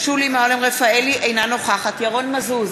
שולי מועלם-רפאלי, אינה נוכחת ירון מזוז,